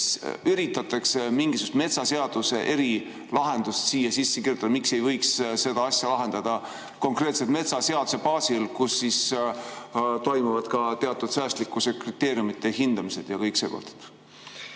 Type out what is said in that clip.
üritatakse mingisugust metsaseaduse erilahendust siia sisse kirjutada? Miks ei võiks seda asja lahendada konkreetselt metsaseaduse baasil, kus toimuvad ka teatud säästlikkuse kriteeriumide hindamised ja kõik see pool?